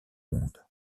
monde